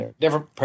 different